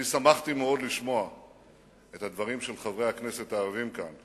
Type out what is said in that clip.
אני שמחתי מאוד לשמוע את הדברים של חברי הכנסת הערבים כאן,